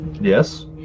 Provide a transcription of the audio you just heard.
Yes